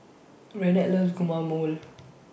Renard loves Guacamole